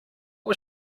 was